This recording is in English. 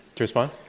to respond?